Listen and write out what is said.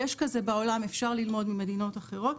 יש דבר כזה בעולם, אפשר ללמוד ממדינות אחרות.